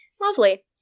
Lovely